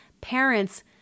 Parents